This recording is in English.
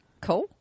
Cool